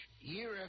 Year